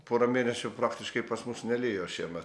pora mėnesių praktiškai pas mus nelijo šiemet